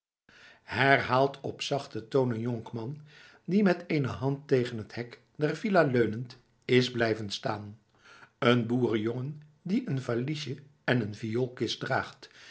herhaalt op zachten toon een jonkman die met de eene hand tegen het hek der villa leunend is blijven staan een boerenjongen die een valiesje en een vioolkist draagt